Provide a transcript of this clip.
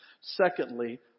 Secondly